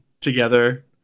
together